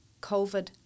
COVID